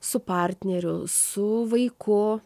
su partneriu su vaiku